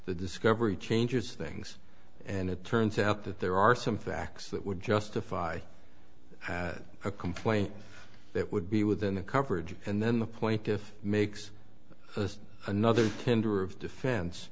the discovery changes things and it turns out that there are some facts that would justify had a complaint that would be within the coverage and then the point if makes another tender of